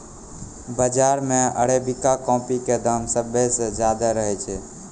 बाजार मॅ arabica coffee के दाम सबसॅ ज्यादा रहै छै